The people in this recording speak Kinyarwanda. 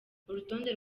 urutonde